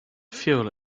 fuel